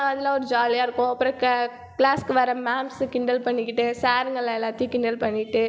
அதெல்லாம் ஒரு ஜாலியாக இருக்கும் அப்புறம் கெ க்ளாஸுக்கு வர்ற மேம்ஸை கிண்டல் பண்ணிக்கிட்டு சாருங்களை எல்லாத்தையும் கிண்டல் பண்ணிட்டு